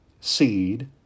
seed